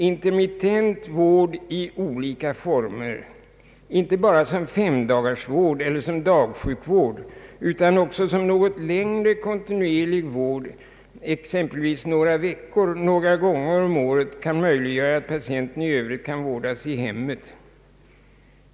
Intermittent vård i olika former, inte bara som femdagarsvård eller som dagsjukvård utan också som en något längre kontinuerlig vård, exempelvis några veckor några gånger om året, kan möjliggöra att patienter kan vårdas i hemmet.